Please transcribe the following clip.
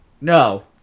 No